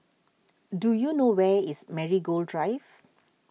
do you know where is Marigold Drive